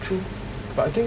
true but I think